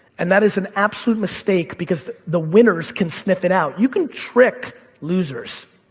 and that is an absolute mistake because the winners can sniff it out. you can trick losers.